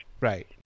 Right